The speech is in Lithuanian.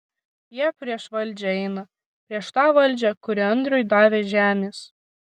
jie prieš valdžią eina prieš tą valdžią kuri andriui davė žemės